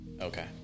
Okay